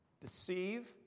deceive